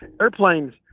airplanes